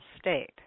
state